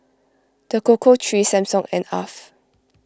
the Cocoa Trees Samsung and Alf